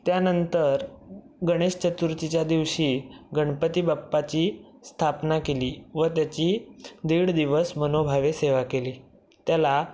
त्यानंतर गणेश चतुर्थीच्या दिवशी गणपती बाप्पाची स्थापना केली व त्याची दीड दिवस मनोभावे सेवा केली त्याला